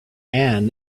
ann